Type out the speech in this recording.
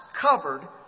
covered